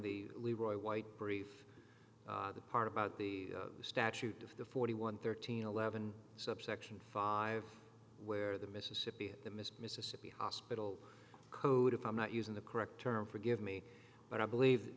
the leroy white brief the part about the statute of the forty one thirteen eleven subsection five where the mississippi is the miss mississippi hospital code if i'm not using the correct term forgive me but i believe